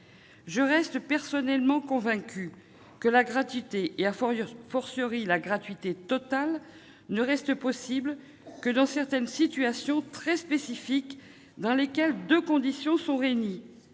Je reste personnellement convaincue que la gratuité, la gratuité totale, ne reste possible que dans certaines situations très spécifiques, dans lesquelles deux conditions sont réunies.